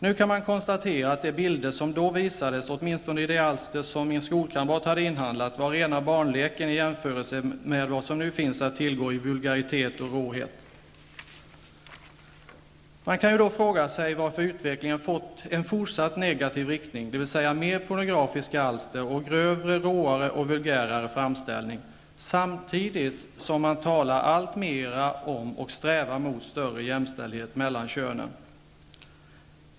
Nu kan man konstatera att de bilder som då visades, åtminstone i de alster som min skolkamrat hade inhandlat, var rena barnleken i jämförelse med vad som nu finns att tillgå i vulgaritet och råhet. Man kan då fråga sig varför utvecklingen fortsatt att gå i negativ riktning, det vill säga mer pornografiska alster, och grövre, råare och vulgärare framställning, samtidigt som man talar alltmer om och strävar mot större jämställdhet mellan könen.